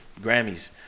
Grammys